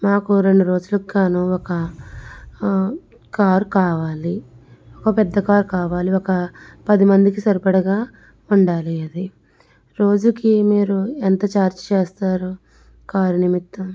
మాకు రెండు రోజులకుగాను ఒక కార్ కావాలి ఒక పెద్ద కార్ కావాలి ఒక పది మందికి సరిపడగా ఉండాలి అది రోజుకి మీరు ఎంత ఛార్జ్ చేస్తారు కారు నిమిత్తం